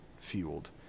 Fueled